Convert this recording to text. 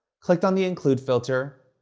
clicked on the include filter,